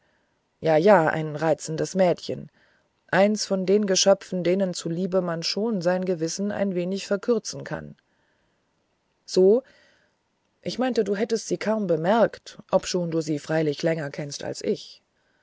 ja ja ein reizendes mädchen eins von den geschöpfen denen zuliebe man schon sein gewissen ein wenig verkürzen kann so ich meinte du hättest sie kaum bemerkt obschon du sie freilich länger kennst als ich